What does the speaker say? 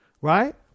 right